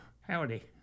howdy